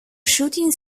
shooting